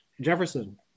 Jefferson